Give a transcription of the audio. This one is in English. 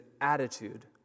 attitude